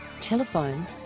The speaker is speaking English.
Telephone